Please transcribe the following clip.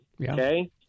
okay